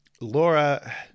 Laura